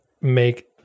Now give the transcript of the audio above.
make